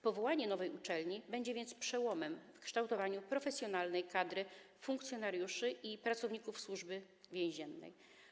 Powołanie nowej uczelni będzie więc przełomem w kształtowaniu profesjonalnej kadry funkcjonariuszy i pracowników Służby Więziennej.